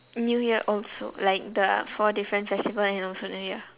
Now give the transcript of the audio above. new year also like the four different festival and also new year